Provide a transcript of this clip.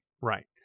Right